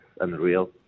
unreal